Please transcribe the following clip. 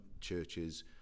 churches